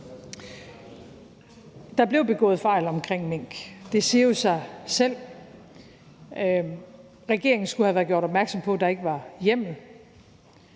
Der blev begået fejl omkring mink. Det siger jo sig selv; regeringen skulle have været gjort opmærksom på, at der ikke var hjemmel.